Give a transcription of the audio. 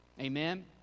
Amen